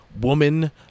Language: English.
woman